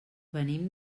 venim